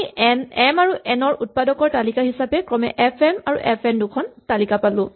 আমি এম আৰু এন ৰ উৎপাদকৰ তালিকা হিচাপে ক্ৰমে এফ এম আৰু এফ এন দুখন তালিকা পালো